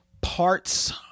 parts